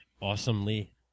Awesomely